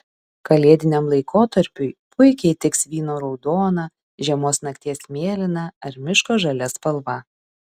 kalėdiniam laikotarpiui puikiai tiks vyno raudona žiemos nakties mėlyna ar miško žalia spalva